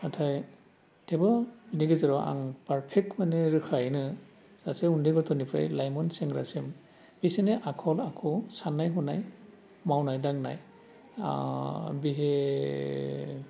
नाथाय थेवबो बिनि गेजेराव आं पारफेक्ट माने रोखायैनो सासे उन्दै गथनिफ्राय लाइमोन सेंग्रासिम बिसोरनि आखल आखु सान्नाय हनाय मावनाय दांनाय बिहे